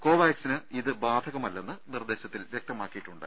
കോ വാക്സിന് ഇത് ബാധകമല്ലെന്ന് നിർദ്ദേശത്തിൽ വ്യക്തമാക്കിയിട്ടുണ്ട്